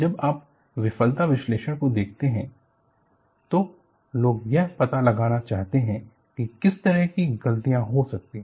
जब आप विफलता विश्लेषण को देखते हैं तो लोग यह पता लगाना चाहते हैं कि किस तरह की गलतियां हो सकती हैं